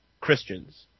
Christians